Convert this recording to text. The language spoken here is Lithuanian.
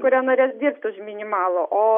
kurie norės dirbt už minimalų o